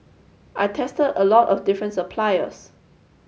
I tested a lot of different suppliers